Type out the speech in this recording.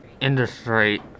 industry